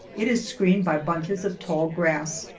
it is screened by bunches of tall grass,